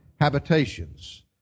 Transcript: habitations